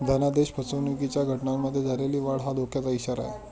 धनादेश फसवणुकीच्या घटनांमध्ये झालेली वाढ हा धोक्याचा इशारा आहे